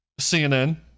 CNN